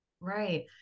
Right